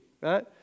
right